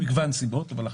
וגם